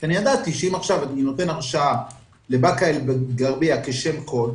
כי ידעתי שאם עכשיו אני נותן הרשאה לבאקה אל גרבייה כשם קוד,